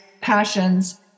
passions